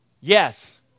Yes